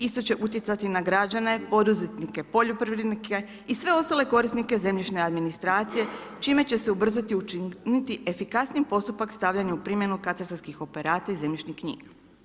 Isto će utjecati na građane, poduzetnike, poljoprivrednike i sve ostale korisnike zemljišne administracije čime će se ubrzati i učiniti efikasnijim postupak stavljanja u primjenu katastarskih operata i zemljišnih knjiga.